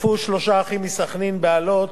תקפו שלושה אחים מסח'נין באלות,